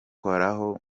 kibazo